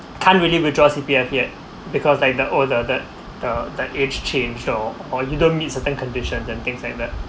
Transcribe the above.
can't really withdraw C_P_F yet because like the all the the the the age change though or you don't meet certain conditions and things like that